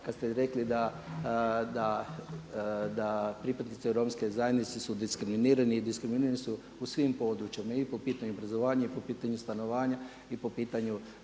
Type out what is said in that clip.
kad ste rekli da pripadnici Romske zajednice su diskriminirani i diskriminirani su u svim područjima i po pitanju obrazovanja i po pitanju stanovanja i po pitanju